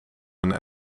een